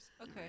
Okay